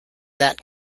that